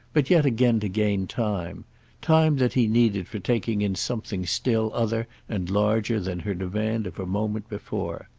but yet again to gain time time that he needed for taking in something still other and larger than her demand of a moment before.